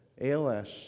ALS